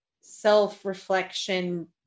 self-reflection